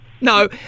No